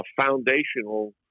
foundational